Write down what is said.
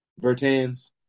Bertans